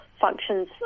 functions